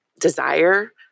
desire